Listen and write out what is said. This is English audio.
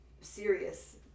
serious